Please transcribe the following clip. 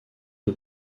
aux